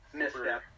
misstep